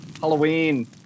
Halloween